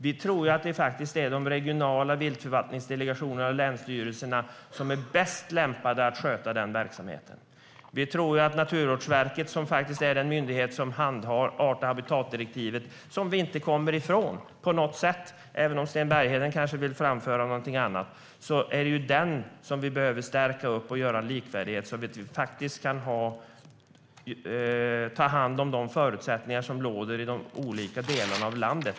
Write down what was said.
Vi tror att det är de regionala viltförvaltningsdelegationerna och länsstyrelserna som är bäst lämpade att sköta den verksamheten. Naturvårdsverket är den myndighet som handhar art och habitatdirektivet - som vi inte kommer ifrån, inte på något sätt, även om Sten Bergheden kanske vill föra fram något annat. Vi tror att det är den myndigheten vi behöver stärka för att skapa likvärdighet och ta hand om de förutsättningar som råder i de olika delarna av landet.